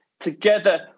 together